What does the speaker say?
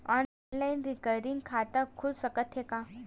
Online recurring खाता खुल सकथे का?